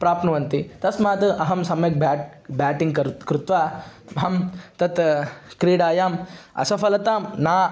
प्राप्नुवन्ति तस्माद् अहं सम्यक् ब्या ब्याटिङ्ग् कर् कृत्वा अहं तत् क्रीडायाम् असफलतां न